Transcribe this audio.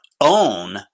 own